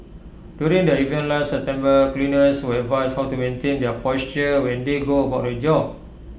during the event last September cleaners were advised how to maintain their posture when they go about their job